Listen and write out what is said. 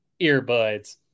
earbuds